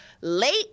Late